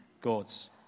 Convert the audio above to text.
God's